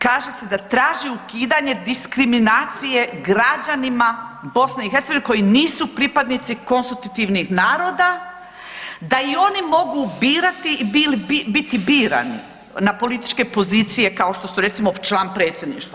Kaže se da traži ukidanje diskriminacije građanima BiH koji nisu pripadnici konstitutivnih naroda da i oni mogu birati i biti birani na političke pozicije kao što su recimo član predsjedništva.